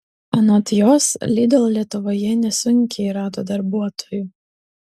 anot jos lidl lietuvoje nesunkiai rado darbuotojų